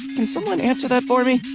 can someone answer that for me?